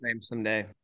someday